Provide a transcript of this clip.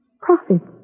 profits